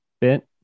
bit